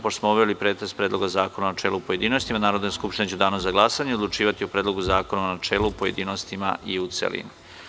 Pošto smo obavili pretres Predloga zakona u načelu i u pojedinostima, Narodna skupština će u danu za glasanje odlučivati o Predlogu zakona u načelu, pojedinostima i u celini.